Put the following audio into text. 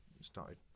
started